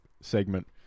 segment